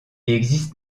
existe